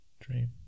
dream